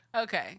Okay